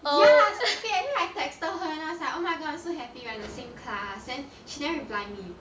ya so I mean I texted her and was like oh my god so happy we are in the same class then she never reply me